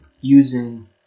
using